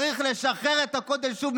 צריך לשחרר את הכותל שוב.